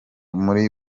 muri